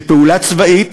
שפעולה צבאית,